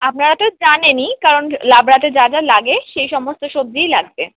আপনারা তো জানেনই কারণ লাবড়াতে যা যা লাগে সেই সমস্ত সবজিই লাগবে